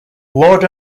lord